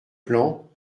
plan